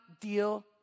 deal